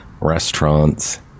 Restaurants